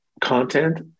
content